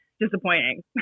disappointing